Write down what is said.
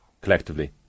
collectively